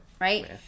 Right